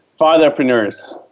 fatherpreneurs